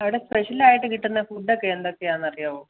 അവിടെ സ്പെഷ്യൽ ആയിട്ട് കിട്ടുന്ന ഫുഡ്ഡ് ഒക്കെ എന്തൊക്കെയാണെന്ന് അറിയാമോ